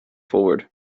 forward